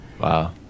Wow